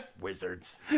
wizards